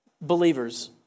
Believers